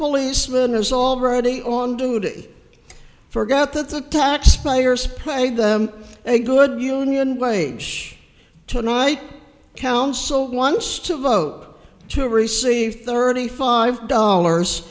policeman is already on duty forgot that the taxpayers paid them a good union wage to night council once to vote to receive thirty five dollars